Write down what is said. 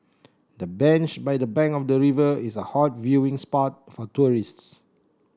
the bench by the bank of the river is a hot viewing spot for tourists